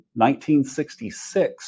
1966